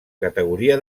categoria